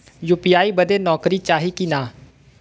UPI बदे नौकरी चाही की ना?